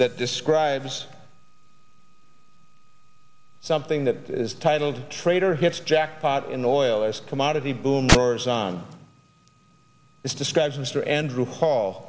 that describes something that is titled trader hits jackpot in oil as commodity boom doors on this describes mr andrew